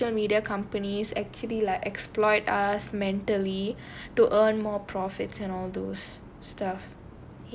how social media companies actually like exploit us mentally to earn more profits and all those stuff